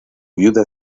viuda